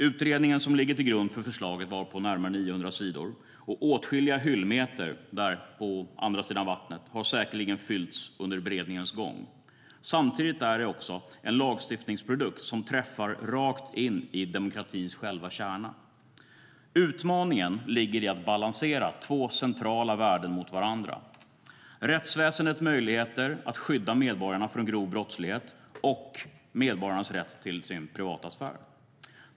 Utredningen som ligger till grund för förslaget var på närmare 900 sidor, och åtskilliga hyllmeter i Regeringskansliet, på andra sidan vattnet, har säkerligen fyllts under beredningens gång. Samtidigt är det en lagstiftningsprodukt som träffar rakt in i demokratins själva kärna. Utmaningen ligger i att balansera två centrala värden mot varandra: rättsväsendets möjligheter att skydda medborgarna från grov brottslighet och medborgarnas rätt till sin privata sfär.